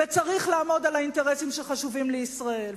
וצריך לעמוד על האינטרסים שחשובים לישראל,